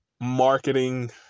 marketing